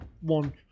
one